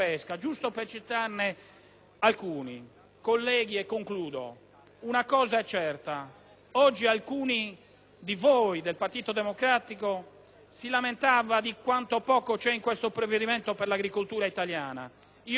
alcuni. Colleghi, e concludo, una cosa è certa: oggi alcuni di voi, del Partito Democratico, si lamentavano di quanto poco c'è in questo provvedimento per l'agricoltura italiana. Io vi ricordo soltanto